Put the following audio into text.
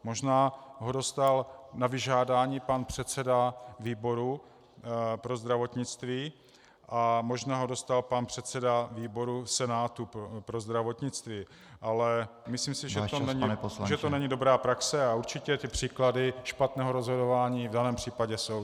Možná ho dostal na vyžádání pan předseda výboru pro zdravotnictví a možná ho dostal pan předseda výboru Senátu pro zdravotnictví , ale myslím si, že to není dobrá praxe, a určitě příklady špatného rozhodování v daném případě jsou.